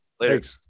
Later